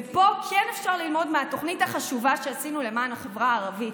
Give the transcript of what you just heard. ופה כן אפשר ללמוד מהתוכנית החשובה שעשינו למען החברה הערבית.